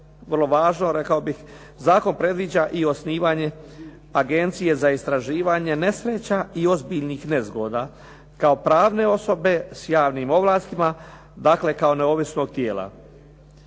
vrlo važno rekao bih, zakon predviđa i osnivanje Agencije za istraživanje nesreća i ozbiljnih nezgoda kao pravne osobe s javnim ovlastima, dakle kao neovisnog tijela.